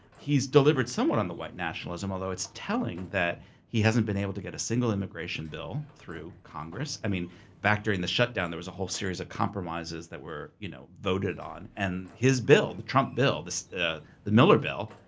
he's delivered somewhat on the white nationalism, although it's telling that he hasn't been able to get a single immigration bill through congress. i mean back during the shut down there was a whole series of compromises that were you know voted on, and his bill, the trump bill, the the miller bill,